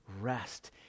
rest